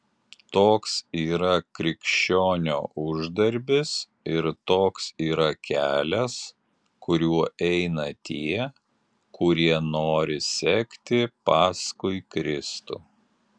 toks yra krikščionio uždarbis ir toks yra kelias kuriuo eina tie kurie nori sekti paskui kristų